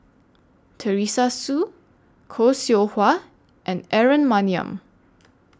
Teresa Hsu Khoo Seow Hwa and Aaron Maniam